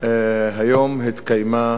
היום התקיימה